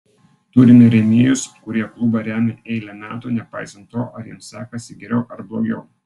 turime rėmėjus kurie klubą remia eilę metų nepaisant to ar jiems sekasi geriau ar blogiau